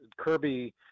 Kirby